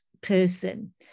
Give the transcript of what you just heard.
person